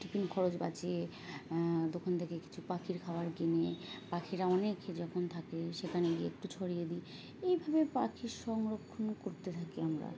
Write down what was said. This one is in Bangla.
টিফিন খরচ বাঁচিয়ে দোকান থেকে কিছু পাখির খাবার কিনে পাখিরা অনেক যখন থাকে সেখানে গিয়ে একটু ছড়িয়ে দিই এইভাবে পাখির সংরক্ষণও করতে থাকি আমরা